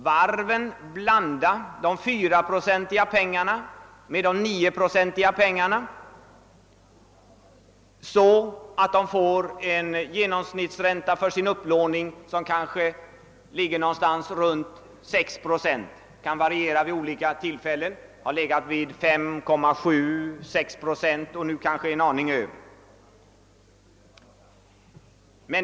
Varvet blandar alltså de 4-procentiga krediterna med de 9-procentiga, och genomsnittsräntan för upplåningen ligger kanske omkring 6 procent — den kan variera, men den har under senare tid legat vid 5,7—6 procent och ligger kanske nu något däröver.